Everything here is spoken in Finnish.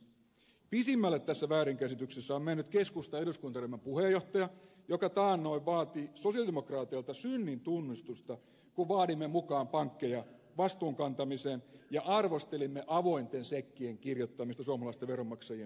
pisimmälle tässä väärinkäsityksessä on mennyt keskustan eduskuntaryhmän puheenjohtaja joka taannoin vaati sosialidemokraateilta synnintunnustusta kun vaadimme mukaan pankkeja vastuunkantamiseen ja arvostelimme avointen shekkien kirjoittamista suomalaisten veronmaksajien piikkiin